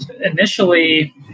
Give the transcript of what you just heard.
Initially